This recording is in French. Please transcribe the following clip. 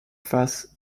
face